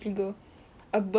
and find ya